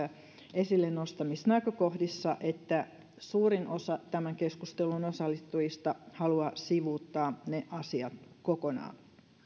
esille nostamissa näkökohdissa suurin osa tämän keskustelun osallistujista haluaa sivuuttaa kokonaan